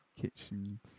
Kitchen